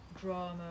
drama